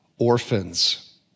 orphans